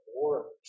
works